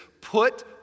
put